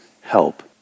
help